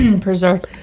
preserve